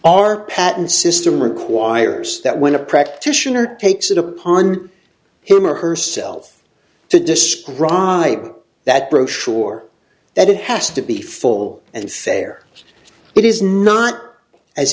our patent system requires that when a practitioner takes it upon him or herself to describe that brochure that it has to be full and fair it is not as